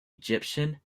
egyptian